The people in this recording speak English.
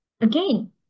again